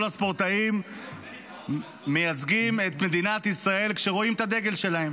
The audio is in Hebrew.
הספורטאים מייצגים את מדינת ישראל כשרואים את הדגל שלהם.